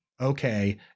okay